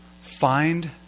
find